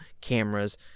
cameras